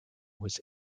was